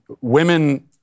women